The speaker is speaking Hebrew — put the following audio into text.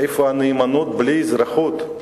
איפה הנאמנות והאזרחות?